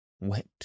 wet